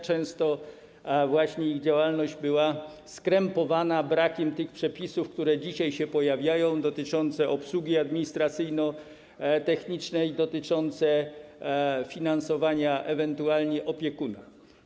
Często właśnie ich działalność była krępowana brakiem tych przepisów, które dzisiaj się pojawiają, dotyczących obsługi administracyjno-technicznej, finansowania, ewentualnie opiekuna.